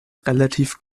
relativ